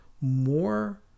more